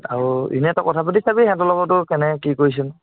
আৰু এনেই তই কথা পাতি চাবি সেহেঁতৰ লগতো কেনেকৈ কি কৰিছিল